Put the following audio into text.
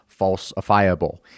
falsifiable